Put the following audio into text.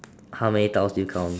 how many tiles did you count